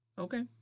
Okay